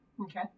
Okay